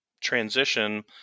Transition